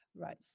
Right